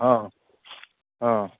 हँ हँ